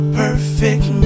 perfect